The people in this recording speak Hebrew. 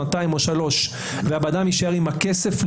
שנתיים או שלוש והבן אדם יישאר עם הכסף,